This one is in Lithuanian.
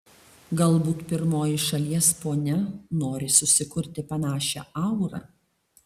galbūt pirmoji šalies ponia nori susikurti panašią aurą